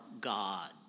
God